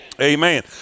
Amen